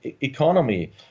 economy